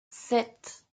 sept